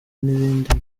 n’ibindi